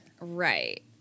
Right